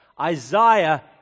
Isaiah